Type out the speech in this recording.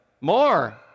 more